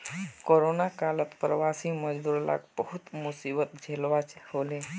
corona कालत प्रवासी मजदूर लाक बहुत मुसीबत झेलवा हले